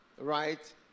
right